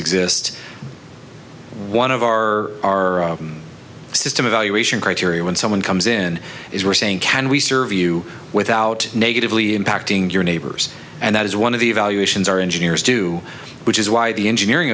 exist one of our our system evaluation criteria when someone comes in is we're saying can we serve you without negatively impacting your neighbors and that is one of the evaluations our engineers do which is why the engineering